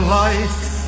life